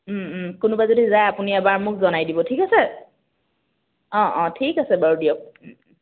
কোনোবাই যদি যায় আপুনি এবাৰ মোক জনাই দিব ঠিক আছে অঁ অঁ ঠিক আছে বাৰু দিয়ক